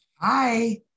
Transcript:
Hi